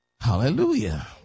Hallelujah